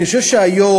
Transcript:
אני חושב שהיום,